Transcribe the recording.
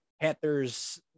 Panthers